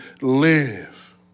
live